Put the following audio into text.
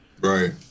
Right